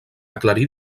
aclarir